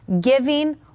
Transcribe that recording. Giving